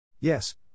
Yes